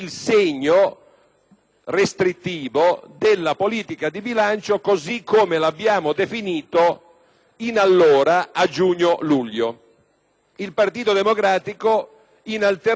il Partito Democratico propone